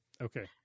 Okay